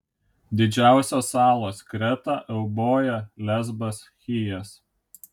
didžiausios salos kreta euboja lesbas chijas